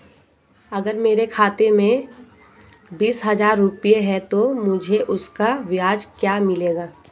अगर मेरे खाते में बीस हज़ार रुपये हैं तो मुझे उसका ब्याज क्या मिलेगा?